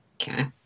Okay